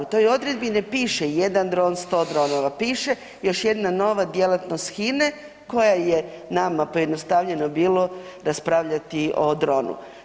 U toj odredbi ne piše jedan dron, 100 dronova, piše još jedna nova djelatnost HINA-e koja je nama pojednostavljeno bilo raspravljati o dronu.